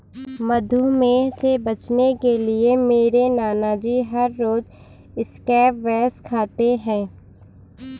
मधुमेह से बचने के लिए मेरे नानाजी हर रोज स्क्वैश खाते हैं